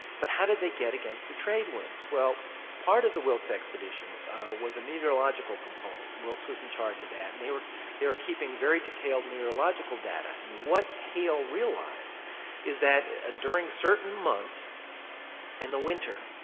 but how did they get against the trade winds? well part of the wilkes expedition was a meteorological component. wilkes was in charge of that and they were they were keeping very detailed neurological data and what hale realized is that ah during certain months in the winter,